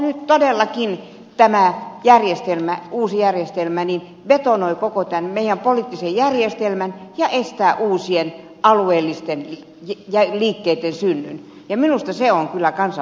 nyt tämä uusi järjestelmä todellakin betonoi koko tämän meidän poliittisen järjestelmän ja estää uusien alueellisten liikkeitten synnyn ja minusta se on kyllä kansanvallan vastaista